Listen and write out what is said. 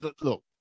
look